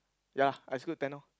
ya exclude ten orh